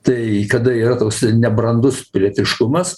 tai kada yra toks nebrandus pilietiškumas